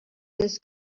this